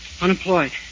unemployed